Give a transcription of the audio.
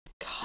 God